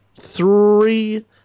Three